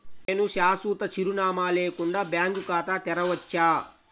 నేను శాశ్వత చిరునామా లేకుండా బ్యాంక్ ఖాతా తెరవచ్చా?